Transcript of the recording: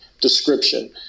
description